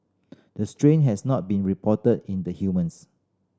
the strain has not been reported in the humans